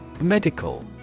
Medical